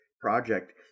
project